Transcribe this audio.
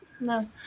No